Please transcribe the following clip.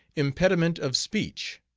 impediment of speech.